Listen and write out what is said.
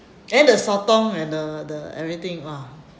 then the sotong and the the everything !wah!